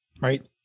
right